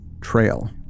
trail